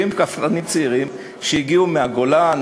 70 רפתנים צעירים שהגיעו מהגולן,